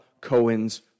Cohen's